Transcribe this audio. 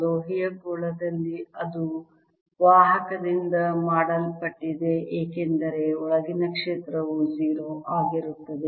ಲೋಹೀಯ ಗೋಳದಲ್ಲಿ ಅದು ವಾಹಕದಿಂದ ಮಾಡಲ್ಪಟ್ಟಿದೆ ಏಕೆಂದರೆ ಒಳಗಿನ ಕ್ಷೇತ್ರವು 0 ಆಗಿರುತ್ತದೆ